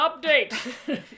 update